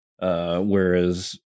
Whereas